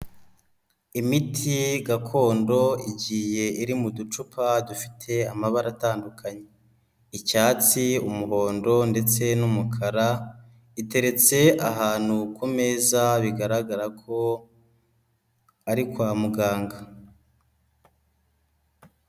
Imiti gakondo igiye iri mu ducupa dufite amabara atandukanye, icyatsi, umuhondo ndetse n'umukara, iteretse ahantu ku meza bigaragara ko ari kwa muganga.